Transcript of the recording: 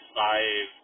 five